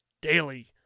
daily